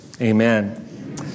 Amen